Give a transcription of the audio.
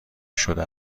شده